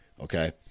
okay